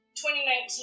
2019